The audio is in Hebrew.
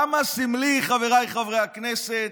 כמה סמלי, חבריי חברי הכנסת,